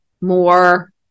more